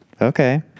Okay